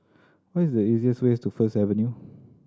what is the easiest way to First Avenue